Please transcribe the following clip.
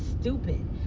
stupid